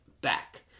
back